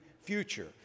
future